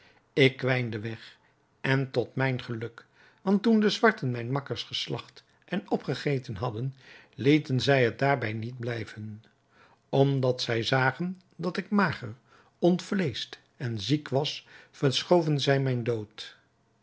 ik kwijnde weg en tot mijn geluk want toen de zwarten mijne makkers geslagt en opgegeten hadden lieten zij het daarbij niet blijven omdat zij zagen dat ik mager ontvleescht en ziek was verschoven zij mijn dood